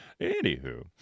Anywho